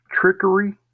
trickery